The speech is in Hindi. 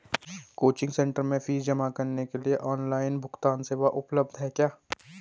कोचिंग सेंटर में फीस जमा करने के लिए ऑनलाइन भुगतान सेवा उपलब्ध है क्या?